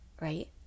Right